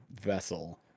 vessel